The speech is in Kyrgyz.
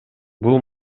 бул